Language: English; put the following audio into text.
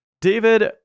David